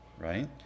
right